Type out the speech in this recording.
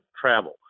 travel